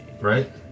right